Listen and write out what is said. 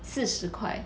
四十块